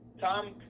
Tom